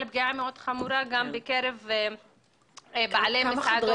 פגיעה מאוד חמורה גם בקרב בעלי מסעדות.